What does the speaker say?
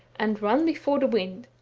and run before the wind,